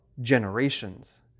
generations